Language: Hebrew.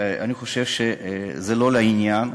אני חושב שזה לא לעניין,